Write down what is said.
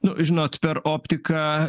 nu žinot per optiką